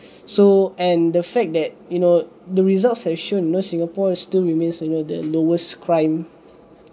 so and the fact that you know the results have shown you know singapore still remains you know the lowest crime